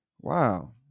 wow